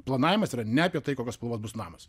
planavimas yra ne apie tai kokios spalvos bus namas